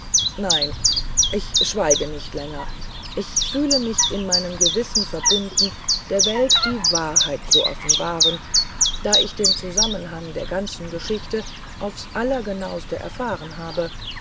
nein ich schweige nicht länger ich fühle mich in meinem gewissen verbunden der welt die wahrheit zu offenbaren da ich den zusammenhang der ganzen geschichte aufs allergenaueste erfahren habe